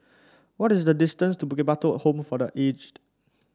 what is the distance to Bukit Batok Home for The Aged